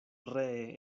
ree